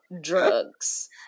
drugs